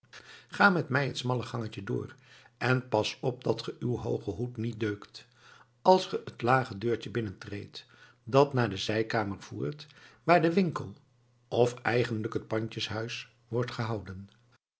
ga met mij het smalle gangetje door en pas op dat ge uw hoogen hoed niet deukt als ge het lage deurtje binnentreedt dat naar de zijkamer voert waar de winkel of eigenlijk het pandjeshuis wordt gehouden